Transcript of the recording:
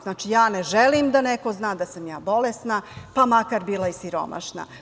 Znači, ja ne želim da neko zna da sam ja bolesna, pa makar bila i siromašna.